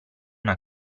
una